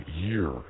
year